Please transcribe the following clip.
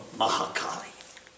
Mahakali